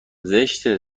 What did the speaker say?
زشته